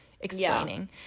explaining